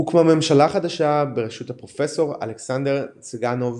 הוקמה ממשלה חדשה בראשות הפרופסור אלכסנדר צאנקוב